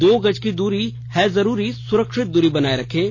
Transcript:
दो गज की दूरी है जरूरी सुरक्षित दूरी बनाए रखें